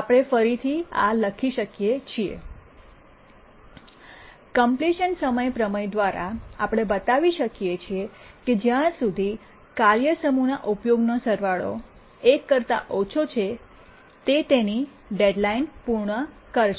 અથવા આપણે આ ફરીથી લખી શકીએ છીએ કંપ્લેટિશન સમય પ્રમેય દ્વારા આપણે બતાવી શકીએ કે જ્યાં સુધી કાર્ય સમૂહના ઉપયોગનો સરવાળો 1 કરતા ઓછો છે તે તેની ડેડલાઇનને પૂર્ણ કરશે